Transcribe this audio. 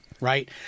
right